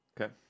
Okay